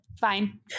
Fine